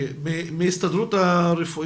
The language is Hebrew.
רחל